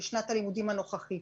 בשנת הלימודים הנוכחית.